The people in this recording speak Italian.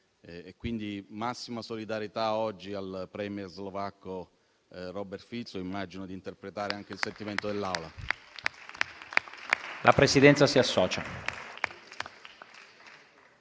quindi massima solidarietà oggi al *premier* slovacco Robert Fico, immaginando di interpretare anche il sentimento dell'Assemblea.